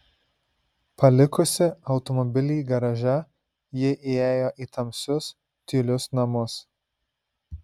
palikusi automobilį garaže ji įėjo į tamsius tylius namus